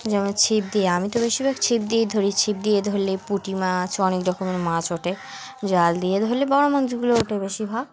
যেমন ছিপ দিয়ে আমি তো বেশিরভাগ ছিপ দিয়েই ধরি ছিপ দিয়ে ধরলে পুঁটি মাছ অনেক রকমের মাছ ওঠে জাল দিয়ে ধরলে বড়ো মাছগুলো ওঠে বেশিরভাগ